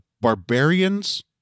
Barbarians